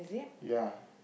ya